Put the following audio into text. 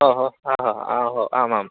ओहो अहो आहो आम् आम्